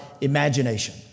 imagination